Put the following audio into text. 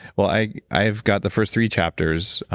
well, i i have got the first three chapters,